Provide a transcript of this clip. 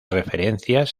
referencias